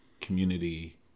community